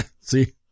See